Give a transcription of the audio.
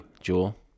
Jewel